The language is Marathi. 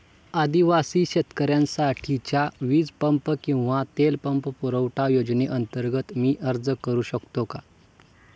आदिवासी शेतकऱ्यांसाठीच्या वीज पंप किंवा तेल पंप पुरवठा योजनेअंतर्गत मी अर्ज करू शकतो का?